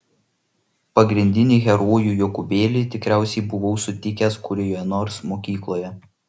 pagrindinį herojų jokūbėlį tikriausiai buvau sutikęs kurioje nors mokykloje